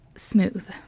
Smooth